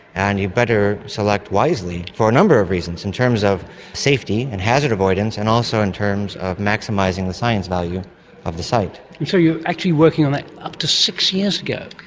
and you'd better select wisely, for a number of reasons in terms of safety and hazard avoidance, and also in terms of maximising the science value of the site. and so you were actually working on that up to six years ago.